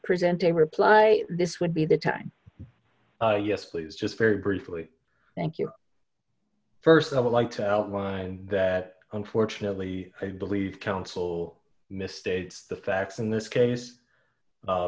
present a reply this would be the time yes please just very briefly thank you st i would like to outline that unfortunately i believe counsel misstated the facts in this case